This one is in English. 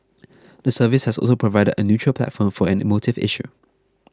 the service has also provided a neutral platform for an emotive issue